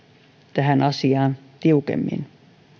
tähän asiaan tiukemmin